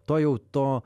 to jau to